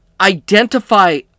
identify